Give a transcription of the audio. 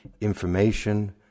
information